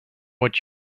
what